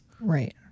Right